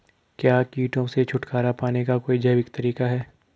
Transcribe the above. क्या कीटों से छुटकारा पाने का कोई जैविक तरीका है?